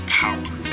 power